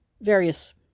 various